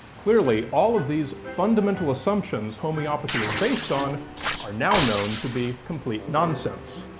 clearly, all of these fundamental assumptions homeopathy is based on are now known to be complete nonsense.